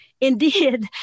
indeed